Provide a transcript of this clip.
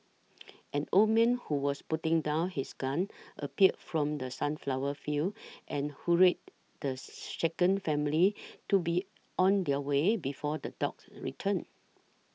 an old man who was putting down his gun appeared from the sunflower fields and hurried the shaken family to be on their way before the dogs return